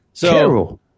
Carol